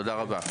תודה רבה.